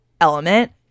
element